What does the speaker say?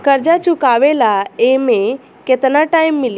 कर्जा चुकावे ला एमे केतना टाइम मिली?